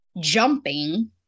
jumping